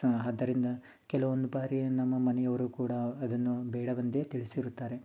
so ಆದ್ದರಿಂದ ಕೆಲವೊಂದು ಬಾರಿ ನಮ್ಮ ಮನೆಯವರು ಕೂಡ ಅದನ್ನು ಬೇಡವೆಂದೇ ತಿಳಿಸಿರುತ್ತಾರೆ